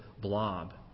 blob